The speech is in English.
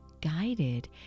guided